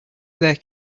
their